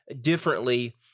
differently